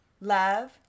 Love